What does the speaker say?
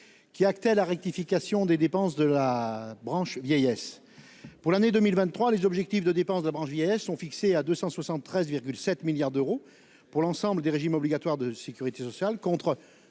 Qui actait la rectification des dépenses de la branche vieillesse pour l'année 2023. Les objectifs de dépense de la branche vieillesse ont fixé à 273 7 milliards d'euros pour l'ensemble des régimes obligatoires de Sécurité sociale contre